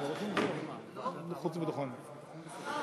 הנושא לוועדת החוץ והביטחון נתקבלה.